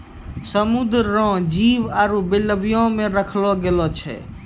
समुद्र रो जीव आरु बेल्विया मे रखलो गेलो छै